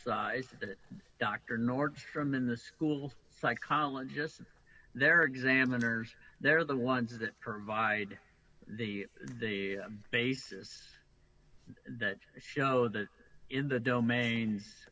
emphasize that dr nordstrom in the school psychologist there are examiners they're the ones that provide the the basis that show that in the domains